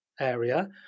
area